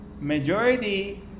majority